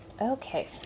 Okay